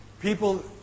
People